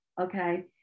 Okay